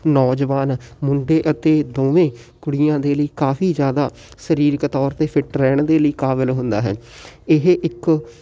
ਨੌਜਵਾਨ ਮੁੰਡੇ ਅਤੇ ਦੋਵੇਂ ਕੁੜੀਆਂ ਦੇ ਲਈ ਕਾਫੀ ਜ਼ਿਆਦਾ ਸਰੀਰਕ ਤੌਰ 'ਤੇ ਫਿਟ ਰਹਿਣ ਦੇ ਲਈ ਕਾਬਲ ਹੁੰਦਾ ਹੈ ਇਹ ਇੱਕ